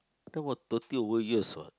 that was thirty over years what